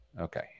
Okay